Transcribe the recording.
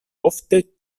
ofte